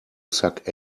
suck